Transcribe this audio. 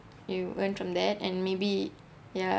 you went from that and maybe ya